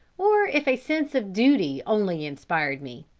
or if a sense of duty only inspired me.